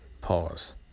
Pause